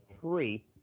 three